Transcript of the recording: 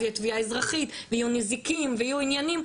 אז יהיה תביעה אזרחית ויהיו נזיקין ויהיו עניינים,